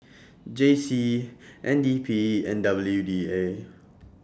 J C N D P and W D A